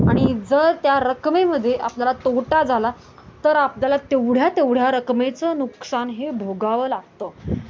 आणि जर त्या रकमेमध्ये आपल्याला तोटा झाला तर आपल्याला तेवढ्या तेवढ्या रकमेचं नुकसान हे भोगावं लागतं